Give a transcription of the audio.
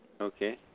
Okay